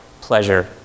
pleasure